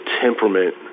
temperament